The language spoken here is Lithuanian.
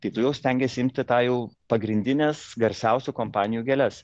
tai tu jau stengiesi imti tą jau pagrindines garsiausių kompanijų gėles